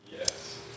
Yes